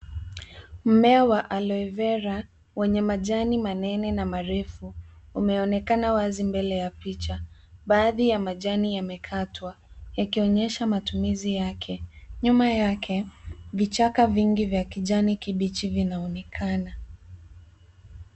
Mmea wa aloevera wenye majani manene na marefu. Umeonekana wazi mbele ya picha. Baadhi ya majani yamekatwa, yakionyesha matumizi yake. Nyuma yake, vichaka vingi vya kijani kibichi vinaonekana.